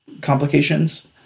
complications